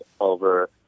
over